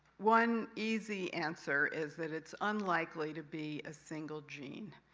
one easy answer is that it's unlikely to be a single gene.